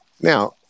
now